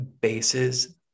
bases